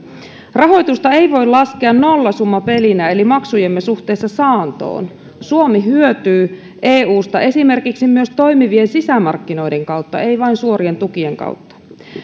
rahoitusta ei voi laskea nollasummapelinä eli maksujemme suhteessa saantoon suomi hyötyy eusta esimerkiksi toimivien sisämarkkinoiden kautta ei vain suorien tukien kautta